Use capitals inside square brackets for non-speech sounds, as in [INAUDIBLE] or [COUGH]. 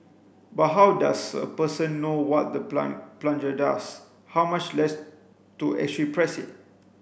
but how does a person know what the [UNINTELLIGIBLE] plunger does how much less to actually press it